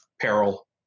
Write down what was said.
peril